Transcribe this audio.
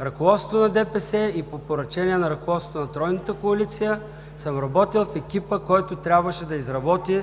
ръководството на ДПС и по поръчение на ръководството на тройната коалиция в екипа, който трябваше да изработи